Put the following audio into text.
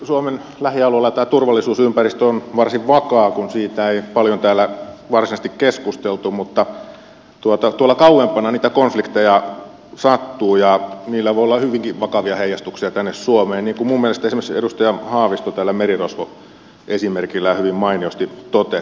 suomen lähialueilla turvallisuusympäristö on varsin vakaa kun siitä ei paljon täällä varsinaisesti keskusteltu mutta tuolla kauempana niitä konflikteja sattuu ja niillä voi olla hyvinkin vakavia heijastuksia tänne suomeen niin kuin minun mielestäni esimerkiksi edustaja haavisto tällä merirosvoesimerkillään hyvin mainiosti totesi